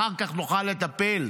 אחר כך נוכל לטפל.